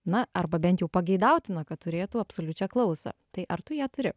na arba bent jau pageidautina kad turėtų absoliučią klausą tai ar tu ją turi